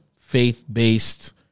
faith-based